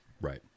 Right